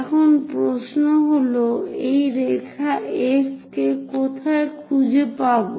এখন প্রশ্ন হল এই রেখা F কে কোথায় খুঁজে পাওয়া যাবে